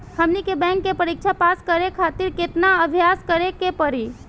हमनी के बैंक के परीक्षा पास करे खातिर केतना अभ्यास करे के पड़ी?